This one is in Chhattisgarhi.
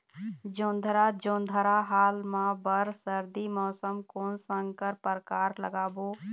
जोंधरा जोन्धरा हाल मा बर सर्दी मौसम कोन संकर परकार लगाबो?